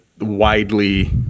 widely